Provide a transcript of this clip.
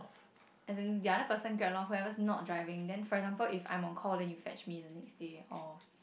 as in the other person grab loh whoever's not driving then for example if I'm on call then you fetch me the next day or